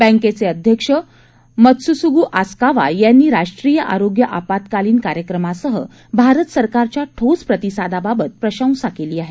बँकेचे अध्यक्ष Masatsugu Asakawa यांनी राष्ट्रीय आरोग्य आपत्कालीन कार्यक्रमासह भारत सरकारच्या ठोस प्रतिसादाबाबत प्रशंसा केली आहे